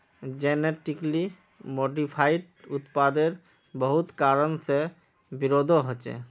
genetically modified उत्पादेर बहुत कारण से विरोधो होछे